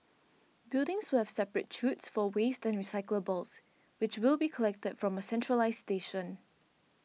buildings will have separate chutes for waste and recyclables which will be collected from a centralised station